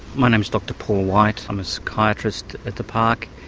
my name is dr paul white, i'm a psychiatrist at the park.